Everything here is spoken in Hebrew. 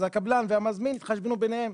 אז הקבלן והמזמין יתחשבנו ביניהם.